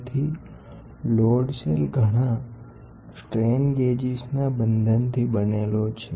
તેથી load cell ઘણા strain ગેજેસના બંધનથી બનેલો છે